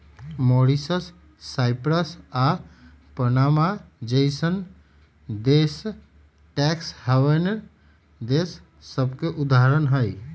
Mauritius, Cyprus आऽ Panama जइसन्न देश टैक्स हैवन देश सभके उदाहरण हइ